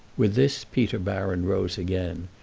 with this peter baron rose again,